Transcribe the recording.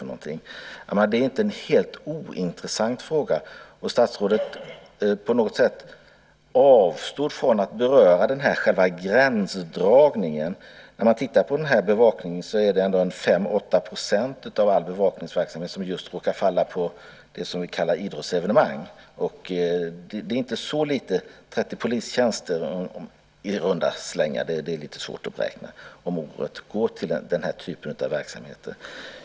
Det är en inte helt ointressant fråga. Och statsrådet avstod på något sätt från att beröra själva gränsdragningen. När man tittar på detta är det 5-8 % av all bevakningsverksamhet som råkar falla på just det som vi kallar idrottsevenemang. Det är inte så litet. I runda slängar 30 polistjänster om året går till denna typ av verksamheter.